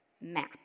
map